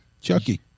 Chucky